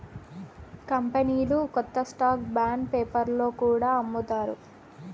కంపెనీలు కొత్త stock bond పేపర్లో కూడా అమ్ముతారు